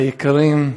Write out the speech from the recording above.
היקרים,